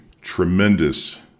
tremendous